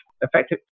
effective